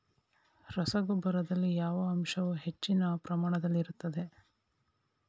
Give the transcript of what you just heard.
ರಸಗೊಬ್ಬರದಲ್ಲಿ ಯಾವ ಅಂಶವು ಹೆಚ್ಚಿನ ಪ್ರಮಾಣದಲ್ಲಿ ಇರುತ್ತದೆ?